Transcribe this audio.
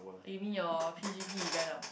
you mean your p_g_p event ah